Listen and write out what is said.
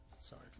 Sorry